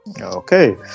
Okay